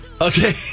Okay